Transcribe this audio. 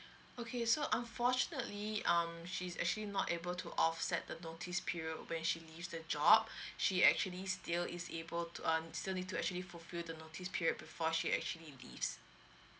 okay so unfortunately um she is actually not able to offset the notice period when she leaves the job she actually still is able to um still need to actually fulfill the notice period before she actually leaves